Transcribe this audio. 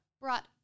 brought